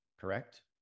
correct